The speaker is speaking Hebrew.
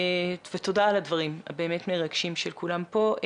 תודה על הדברים הבאמת מרגשים של כולם פה.